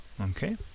Okay